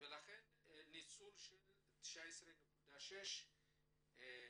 סכום של 19.6 מיליון